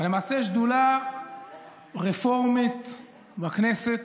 ולמעשה שדולה רפורמית בכנסת,